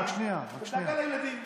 היא דאגה לילדים.